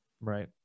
right